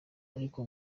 ariko